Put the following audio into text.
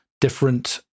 different